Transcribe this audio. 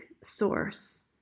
source